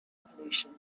pollution